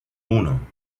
uno